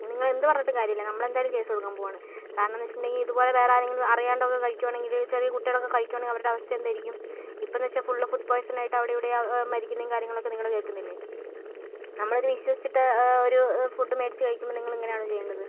ഇനി നിങ്ങൾ എന്ത് പറഞ്ഞിട്ടും കാര്യമില്ല നമ്മൾ എന്തായാലും കേസ് കൊടുക്കാൻ പോകുവാണ് കാരണം എന്ന് വെച്ചിട്ടുണ്ടങ്കിൽ ഇതുപോലെ വേറെ ആരെങ്കിലും അറിയാണ്ട് ഒക്കെ കഴിക്കുവാണെങ്കിൽ ചെറിയ കുട്ടികൾ ഒക്കെ കഴിക്കുവാണെങ്കിൽ അവരുടെ അവസ്ഥ എന്തായിരിക്കും ഇപ്പോഴെന്ന് വെച്ചാൽ ഫുൾ ഫുഡ് പോയ്സൺ ആയിട്ട് അവിടെയും ഇവിടെയും മരിക്കുന്ന കാര്യങ്ങളൊക്കെ നിങ്ങൾ കേൾക്കുന്നില്ലെ നമ്മൾ ഇത് വിശ്വസിച്ചിട്ട് ഒരു ഫുഡ് മേടിച്ച് കഴിക്കുമ്പോൾ നിങ്ങൾ ഇങ്ങനെയാണോ ചെയ്യേണ്ടത്